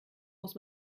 muss